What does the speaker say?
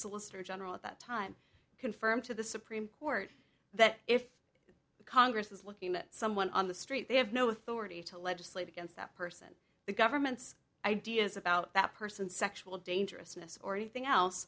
solicitor general at that time confirm to the supreme court that if the congress is looking at someone on the street they have no authority to legislate against that person the government's ideas about that person's sexual dangerousness or anything else